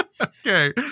Okay